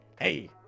Hey